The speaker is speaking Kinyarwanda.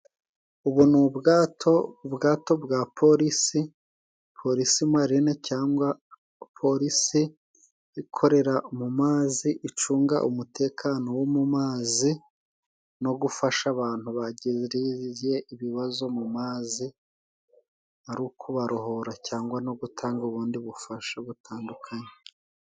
Ubu ni ubwato ubwato bwa polisi, polisi Marine cyangwa polisi ikorera mu mazi, icunga umutekano wo mu mazi no gufasha abantu bagiriye ibibazo mu mazi, ari ukubarohora cyangwa no gutanga ubundi bufasha butandukanye.